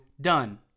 done